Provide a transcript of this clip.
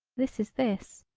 this is this.